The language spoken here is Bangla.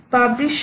পাবলিশ ঠিক